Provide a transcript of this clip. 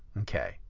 Okay